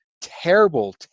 terrible